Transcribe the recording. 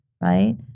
right